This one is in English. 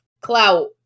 clout